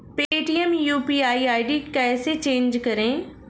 Paytm UPI ID कैसे change करें?